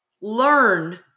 learn